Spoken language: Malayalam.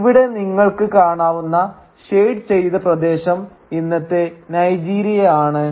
ഇവിടെ നിങ്ങൾക്ക് കാണാവുന്ന ഷേഡ് ചെയ്ത പ്രദേശം ഇന്നത്തെ നൈജീരിയ ആണ്